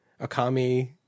Akami